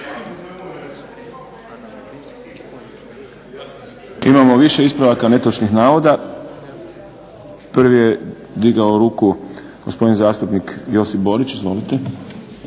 Imamo više ispravaka netočnih navoda. Prvi je digao ruku gospodin zastupnik Josip Borić. Izvolite.